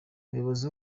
umuyobozi